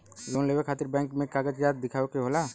Loan लेवे खातिर bank मे का कागजात दिखावे के होला?